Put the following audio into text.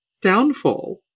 downfall